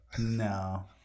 No